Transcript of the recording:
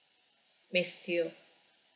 miss teoh